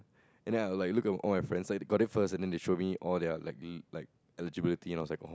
and I was like look at all my friends I got that first and then they showed me all their like like eligibility and I was like